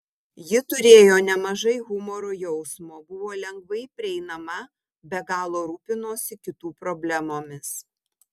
ji turėjo nemažai humoro jausmo buvo lengvai prieinama be galo rūpinosi kitų problemomis